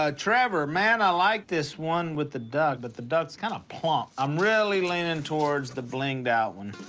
ah trevor, man, i like this one with the duck, but the duck's kinda plump. i'm really leaning towards the blinged-out one.